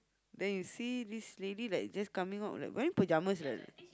then you see this lady like just coming out like wearing pajamas like that